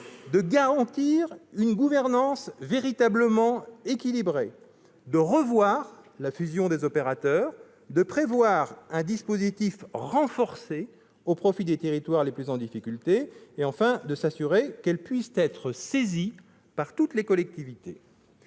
de garantir une gouvernance véritablement équilibrée ; de revoir la fusion des opérateurs ; de prévoir un dispositif renforcé au profit des territoires les plus en difficulté ; enfin, de s'assurer qu'elle puisse être saisie par toutes les collectivités.